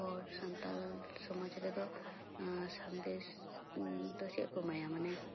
ᱦᱚᱲ ᱥᱟᱱᱛᱟᱲ ᱥᱚᱢᱟᱡᱽ ᱨᱮᱫᱚ ᱥᱟᱸᱫᱮᱥ ᱫᱚ ᱪᱮᱫ ᱠᱚ ᱮᱢᱟᱭᱟ ᱢᱟᱱᱮ